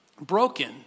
broken